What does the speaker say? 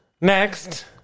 Next